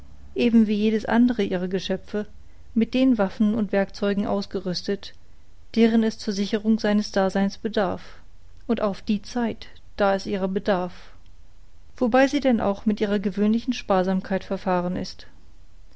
eben wie jedes andere ihrer geschöpfe mit den waffen und werkzeugen ausgerüstet deren es zur sicherung seines daseins bedarf und auf die zeit da es ihrer bedarf wobei sie denn auch mit ihrer gewöhnlichen sparsamkeit verfahren ist